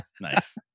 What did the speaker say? Nice